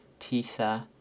tisa